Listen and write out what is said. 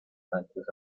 sánchez